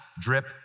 drip